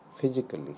physically